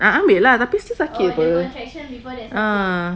ada ambil ah